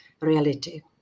reality